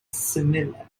simile